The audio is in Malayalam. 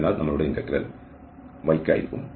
അതിനാൽ ഞങ്ങളുടെ ഇന്റഗ്രൽ y യ്ക്കായിരിക്കും